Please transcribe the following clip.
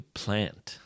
plant